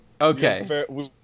Okay